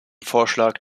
vorschlag